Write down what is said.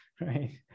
right